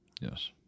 Yes